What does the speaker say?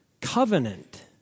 Covenant